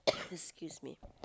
excuse me